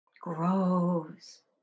grows